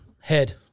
Head